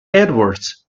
edwards